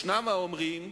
יש האומרים: